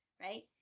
right